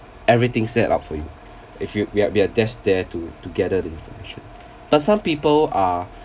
everything set up for you if you we're we're just there to to gather the information but some people are